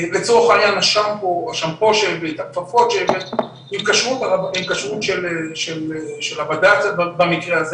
לצורך העניין השמפו והכפפות שהבאת עם כשרות של הבד"צ במקרה הזה